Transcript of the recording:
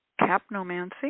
Capnomancy